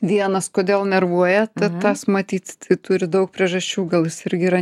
vienas kodėl nervuoja tas matyt tai turi daug priežasčių gal jis irgi yra